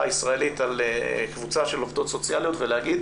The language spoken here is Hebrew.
הישראלית על קבוצה של עובדות סוציאליות ולהגיד